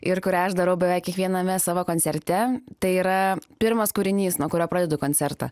ir kurią aš darau beveik kiekviename savo koncerte tai yra pirmas kūrinys nuo kurio pradedu koncertą